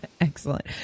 Excellent